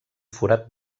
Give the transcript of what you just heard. forat